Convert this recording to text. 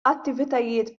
attivitajiet